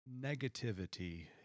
negativity